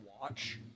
watch